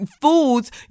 foods